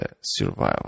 survival